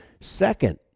Second